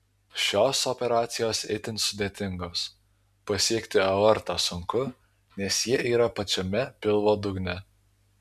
šios operacijos itin sudėtingos pasiekti aortą sunku nes ji yra pačiame pilvo dugne